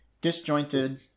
disjointed